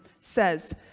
says